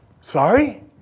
Sorry